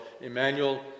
Emmanuel